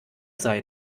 sicher